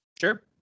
Sure